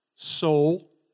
soul